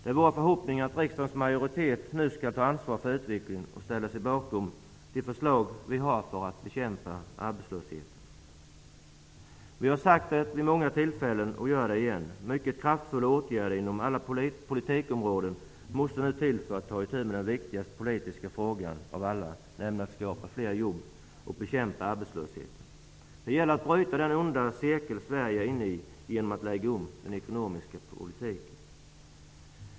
Det är vår förhoppning att riksdagens majoritet nu skall ta ansvar för utvecklingen och ställa sig bakom de förslag som vi har för att bekämpa arbetslösheten. Vi har sagt det vid många tillfällen och gör det igen: Mycket kraftfulla åtgärder inom alla politikområden måste nu till för att ta itu med den viktigaste politiska frågan av alla, nämligen att skapa flera jobb och bekämpa arbetslösheten. Det gäller att genom att lägga om den ekonomiska politiken bryta den onda cirkel som Sverige är inne i.